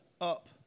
up